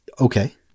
Okay